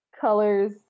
colors